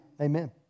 Amen